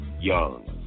Young